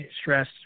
stress